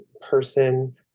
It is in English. person